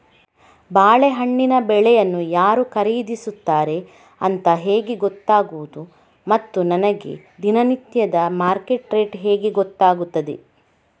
ಬಾಳೆಹಣ್ಣಿನ ಬೆಳೆಯನ್ನು ಯಾರು ಖರೀದಿಸುತ್ತಾರೆ ಅಂತ ಹೇಗೆ ಗೊತ್ತಾಗುವುದು ಮತ್ತು ನನಗೆ ದಿನನಿತ್ಯದ ಮಾರ್ಕೆಟ್ ರೇಟ್ ಹೇಗೆ ಗೊತ್ತಾಗುತ್ತದೆ?